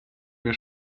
mnie